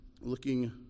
looking